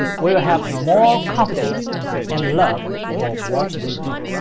we will have more confidence and love for what we do.